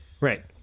Right